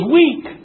weak